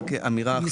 רק אמירה אחת.